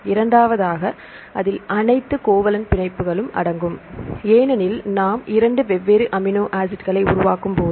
இரண்டாவதாக அதில் அனைத்து கோவலன்ட் பிணைப்புகளும் அடங்கும் ஏனெனில் நாம் 2 வெவ்வேறு அமினோ ஆசிட்களை உருவாக்கும்போது